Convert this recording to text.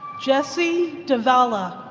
jesse davila